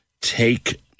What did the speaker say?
take